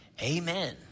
Amen